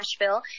Nashville